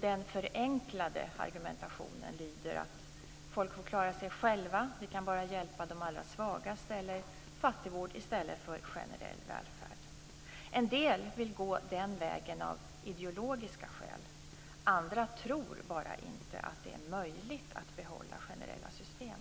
Den förenklade argumentationen lyder: Folk får klara sig själva, vi kan bara hjälpa de allra svagaste eller fattigvård i stället för generell välfärd. En del vill gå den vägen av ideologiska skäl. Andra tror bara inte att det är möjligt att behålla generella system.